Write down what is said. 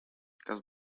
kas